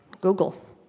Google